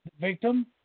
victim